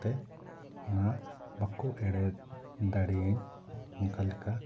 ᱡᱟᱛᱮ ᱚᱱᱟ ᱵᱟᱠᱚ ᱮᱸᱲᱮ ᱫᱟᱲᱮᱭᱟᱹᱧ ᱚᱱᱠᱟ ᱞᱮᱠᱟ